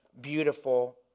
beautiful